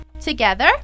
Together